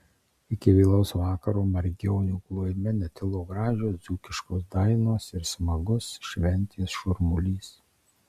iki vėlaus vakaro margionių klojime netilo gražios dzūkiškos dainos ir smagus šventės šurmulys